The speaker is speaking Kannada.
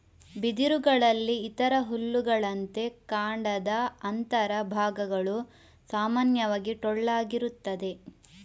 ಬಿದಿರುಗಳಲ್ಲಿ ಇತರ ಹುಲ್ಲುಗಳಂತೆ ಕಾಂಡದ ಅಂತರ ಭಾಗಗಳು ಸಾಮಾನ್ಯವಾಗಿ ಟೊಳ್ಳಾಗಿರುತ್ತದೆ